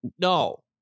No